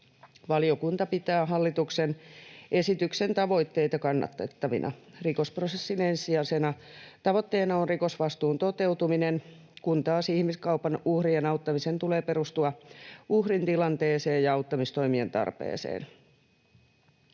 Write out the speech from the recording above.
Valiokunta pitää hallituksen esityksen tavoitteita kannatettavina. Rikosprosessin ensisijaisena tavoitteena on rikosvastuun toteutuminen, kun taas ihmiskaupan uhrien auttamisen tulee perustua uhrin tilanteeseen ja auttamistoimien tarpeeseen.